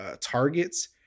targets